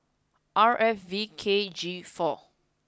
R F V K G four